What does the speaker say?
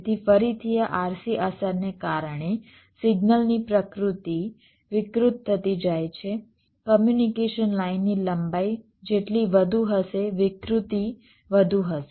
તેથી ફરીથી આ RC અસરને કારણે સિગ્નલની પ્રકૃતિ વિકૃત થઈ જાય છે કોમ્યુનિકેશન લાઇનની લંબાઈ જેટલી વધુ હશે વિકૃતિ વધુ હશે